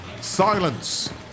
Silence